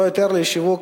לא יותר לשווק